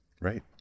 Right